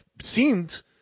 seemed